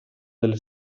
delle